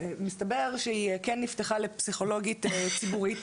מסתבר שהיא כן נפתחה לפסיכולוגית ציבורית